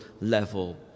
level